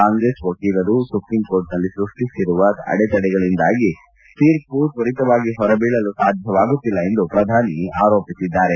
ಕಾಂಗ್ರೆಸ್ ವಕೀಲರು supreme court ನಲ್ಲಿ ಸೃಷ್ಟಿಸಿರುವ ಅಡೆತಡೆಗಳಿಂದಾಗಿ ತೀರ್ಪು ತ್ವರಿತವಾಗಿ ಹೊರಬೀಳಲು ಸಾಧ್ಯವಾಗುತ್ತಿಲ್ಲ ಎಂದು ಪ್ರಧಾನಮಂತ್ರಿ ಹೇಳಿದ್ದಾರೆ